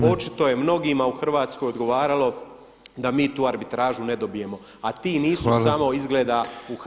Očito je mnogima u Hrvatskoj odgovaralo da mi tu arbitražu ne dobijemo a ti nisu samo izgleda u HDZ-u.